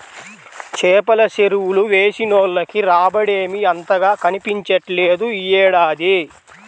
చేపల చెరువులు వేసినోళ్లకి రాబడేమీ అంతగా కనిపించట్లేదు యీ ఏడాది